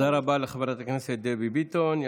תודה רבה לחברת הכנסת דבי ביטון.